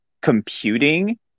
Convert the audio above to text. computing